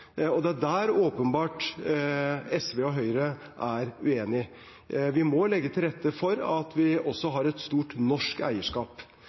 Det er der – åpenbart – SV og Høyre er uenige. Vi må legge til rette for at vi også har et stort norsk eierskap. Vi har et stort utenlandsk eierskap